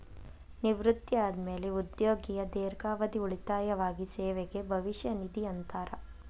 ನಿವೃತ್ತಿ ಆದ್ಮ್ಯಾಲೆ ಉದ್ಯೋಗಿಯ ದೇರ್ಘಾವಧಿ ಉಳಿತಾಯವಾಗಿ ಸೇವೆಗೆ ಭವಿಷ್ಯ ನಿಧಿ ಅಂತಾರ